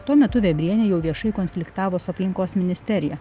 tuo metu vėbrienė jau viešai konfliktavo su aplinkos ministerija